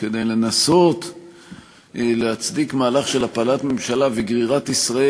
כדי לנסות להצדיק מהלך של הפלת ממשלה וגרירת ישראל,